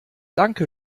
danke